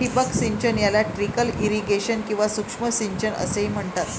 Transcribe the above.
ठिबक सिंचन याला ट्रिकल इरिगेशन किंवा सूक्ष्म सिंचन असेही म्हणतात